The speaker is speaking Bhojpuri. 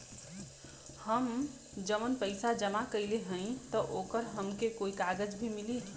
हम जवन पैसा जमा कइले हई त ओकर हमके कौनो कागज भी मिली?